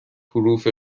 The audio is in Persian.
حروف